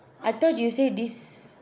I thought you say this